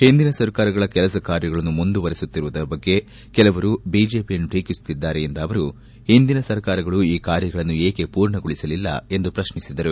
ಹಿಂದಿನ ಸರ್ಕಾರಗಳ ಕೆಲಸ ಕಾರ್ಯಗಳನ್ನು ಮುಂದುವರೆಸುತ್ತಿರುವ ಬಗ್ಗೆ ಕೆಲವರು ಬಿಜೆಪಿಯನ್ನು ಟೀಕಿಸುತ್ತಿದ್ದಾರೆ ಎಂದ ಅವರು ಹಿಂದಿನ ಸರ್ಕಾರಗಳು ಈ ಕಾರ್ಯಗಳನ್ನು ಏಕೆ ಪೂರ್ಣಗೊಳಿಸಲಿಲ್ಲ ಎಂದು ಪ್ರಶ್ನಿಸಿದರು